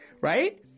right